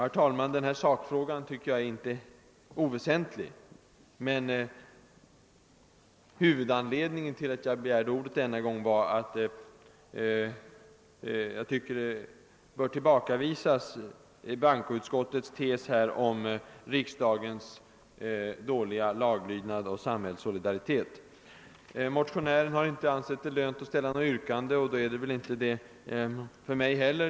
Jag tycker inte att denna fråga är oväsentlig, men huvudanledningen till att jag begärde ordet denna gång var att jag tyckte att bankoutskottets tes om riksdagsledamöternas dåliga laglydnad och sambhällssolidaritet borde avvisas. Motionären har inte ansett det lönt att ställa något yrkande, och det är det väl inte heller för mig.